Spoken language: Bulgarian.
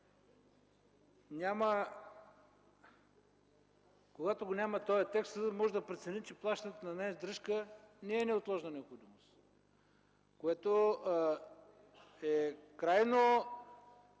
Когато го няма този текст, можем да преценим, че плащането на издръжка не е неотложна необходимост, което е крайно